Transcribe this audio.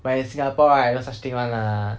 but in singapore right no such thing one lah